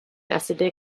acidic